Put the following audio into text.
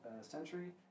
Century